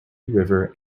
river